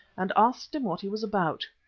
and asked him what he was about.